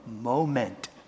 moment